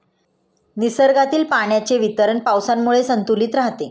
निसर्गातील पाण्याचे वितरण पावसामुळे संतुलित राहते